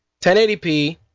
1080p